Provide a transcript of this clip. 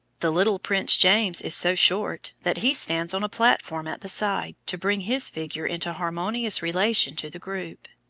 the little prince james is so short that he stands on a platform at the side, to bring his figure into harmonious relation to the group.